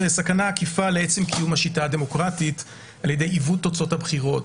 וסכנה עקיפה לעצם קיום השיטה הדמוקרטית על-ידי עיוות תוצאות הבחירות.